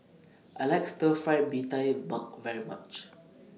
I like Stir Fried Mee Tai Mak very much